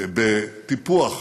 בטיפוח,